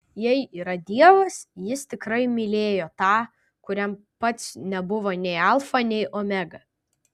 jei yra dievas jis tikrai mylėjo tą kuriam pats nebuvo nei alfa nei omega